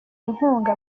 inkunga